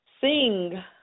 sing